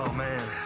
man.